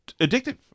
addictive